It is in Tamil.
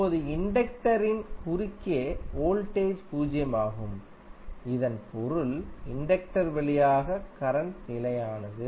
இப்போது இண்டக்டரின் குறுக்கே வோல்டேஜ் பூஜ்ஜியமாகும் இதன் பொருள் இண்டக்டர் வழியாக கரண்ட் நிலையானது